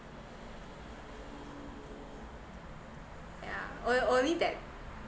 yeah on~ only that